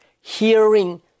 hearing